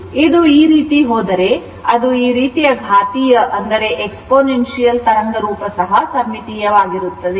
ಇದು ಈ ರೀತಿ ಹೋದರೆ ಅದು ಈ ರೀತಿಯ ಘಾತೀಯ ತರಂಗ ರೂಪ ಸಹ ಸಮ್ಮಿತೀಯವಾಗಿರುತ್ತದೆ